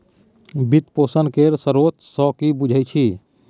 वित्त पोषण केर स्रोत सँ कि बुझै छी